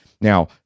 Now